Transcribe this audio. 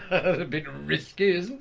ah bit risky, isn't